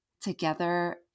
together